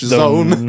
zone